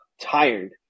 tired